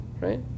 right